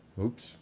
Oops